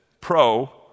pro